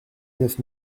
neuf